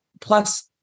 plus